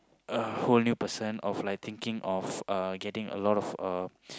a whole new person of like thinking of uh getting a lot of uh